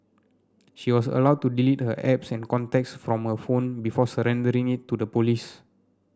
she was allowed to delete her apps and contacts from her phone before surrendering it to the police